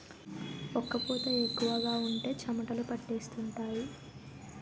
ఒక్క పూత ఎక్కువగా ఉంటే చెమటలు పట్టేస్తుంటాయి